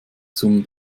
zum